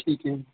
ਠੀਕ ਹੈ